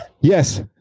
yes